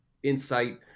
insight